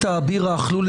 אני עכשיו מדבר.